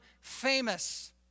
famous